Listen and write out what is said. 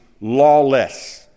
lawless